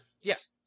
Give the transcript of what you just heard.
Yes